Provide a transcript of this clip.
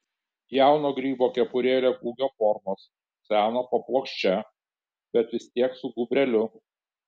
jauno grybo kepurėlė kūgio formos seno paplokščia bet vis tiek su gūbreliu